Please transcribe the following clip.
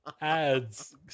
ads